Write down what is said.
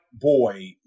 boy